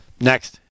Next